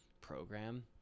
program